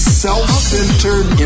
self-centered